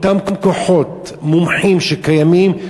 אותם כוחות מומחים שקיימים,